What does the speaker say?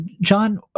John